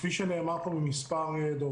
כפי שנאמר פה על ידי מספר דוברים,